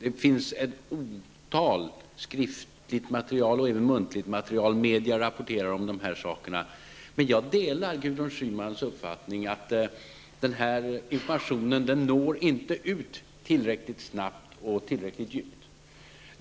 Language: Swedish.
Det finns en mängd skriftligt och muntligt material, och medierna rapporterar om dessa frågor. Men jag delar Gudrun Schymans uppfattning att informationen inte når ut tillräckligt snabbt och tillräckligt djupt.